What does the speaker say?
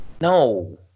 No